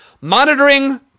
monitoring